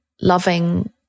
loving